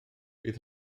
bydd